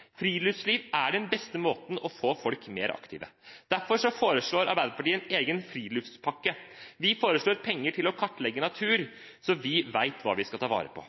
Friluftsliv er den beste måten å få folk mer aktive på. Derfor foreslår Arbeiderpartiet en egen friluftspakke. Vi foreslår penger til å kartlegge natur, så vi vet hva vi skal ta vare på,